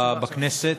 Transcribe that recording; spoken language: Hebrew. בכנסת,